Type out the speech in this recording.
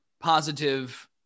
positive